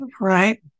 right